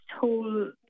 whole